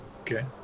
Okay